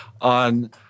on